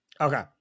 Okay